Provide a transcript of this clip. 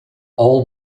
all